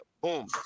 boom